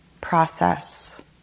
process